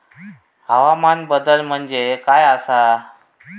हवामान बदल म्हणजे काय आसा?